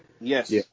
Yes